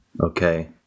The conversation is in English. Okay